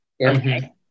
okay